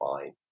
fine